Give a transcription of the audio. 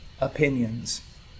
opinions